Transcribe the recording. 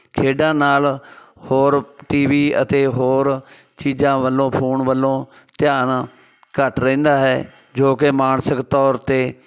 ਖੇਡਾਂ ਨਾਲ ਹੋਰ ਟੀ ਵੀ ਅਤੇ ਹੋਰ ਚੀਜ਼ਾਂ ਵੱਲੋਂ ਫੋਨ ਵੱਲੋਂ ਧਿਆਨ ਘੱਟ ਰਹਿੰਦਾ ਹੈ ਜੋ ਕਿ ਮਾਨਸਿਕ ਤੌਰ ਉੱਤੇ